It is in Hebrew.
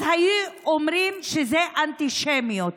אז היו אומרים שזה אנטישמיות,